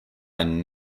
einen